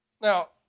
Now